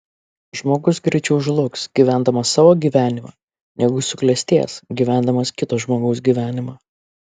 žmogus greičiau žlugs gyvendamas savo gyvenimą negu suklestės gyvendamas kito žmogaus gyvenimą